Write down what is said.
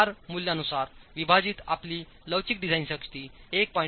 R मूल्यानुसार विभाजित आपली लवचिक डिझाइन शक्ती 1